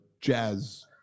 Jazz